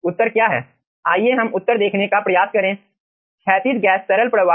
उत्तर क्या है आइए हम उत्तर देखने का प्रयास करें क्षैतिज गैस तरल प्रवाह